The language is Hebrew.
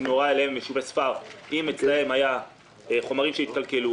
ביישובי הספר היו חומרים שהתקלקלו,